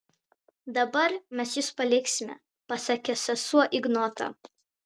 dabar mes jus paliksime pasakė sesuo ignotą